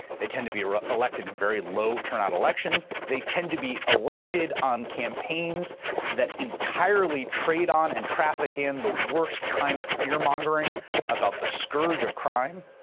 they tend to be elected in very low turnout elections. they tend to be elected on campaigns that entirely trade on and traffic in the worst kind of fear mongering about the scourge of crime.